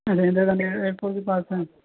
رہنے کا نیا ایئر پوٹ کے پاس ہے